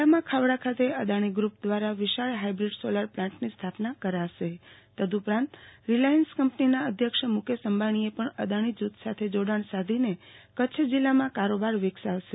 જિલ્લામાં ખાવડા ખાતે અદાણી ગ્રુપ વ્રારા વિશાળ હાઈબ્રીડ સોલાર પ્લાન્ટની સ્થાપના કરાશે તદ્ઉપરાંત રિલાયન્સ કંપનીના અધ્યક્ષ મુકેશ અંબાણી એ પણ અદાણી જુથ સાથે જોડાણ સાંધીને કચ્છ જિલ્લામાં કારોબાર વિકસાવશે